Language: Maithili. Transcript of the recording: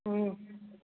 हूँ